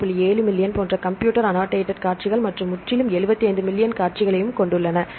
7 million போன்ற computer annotated காட்சிகள் மற்றும் முற்றிலும் 75 மில்லியன் காட்சிககளையும் கொண்டுள்ளன